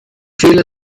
fehler